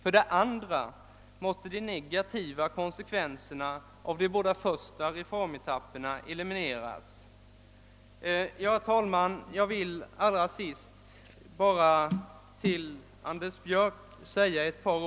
Vidare måste de negativa konsekvenserna av de båda första reformetapperna elimineras. Till sist vill jag bara säga ett par ord till herr Björck i Nässjö.